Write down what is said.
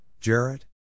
Jarrett